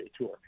Tour